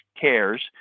cares